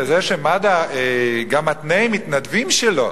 זה שמד"א גם מתנה למתנדבים שלו